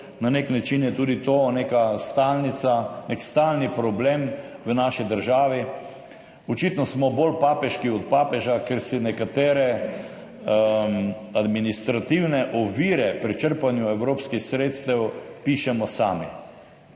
Na nek način je tudi to neka stalnica, nek stalni problem v naši državi. Očitno smo bolj papeški od papeža, ker si nekatere administrativne ovire pri črpanju evropskih sredstev pišemo sami.